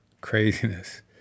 craziness